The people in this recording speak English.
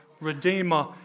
Redeemer